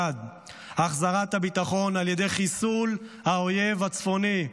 1. החזרת הביטחון על ידי חיסול האויב הצפוני,